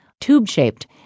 tube-shaped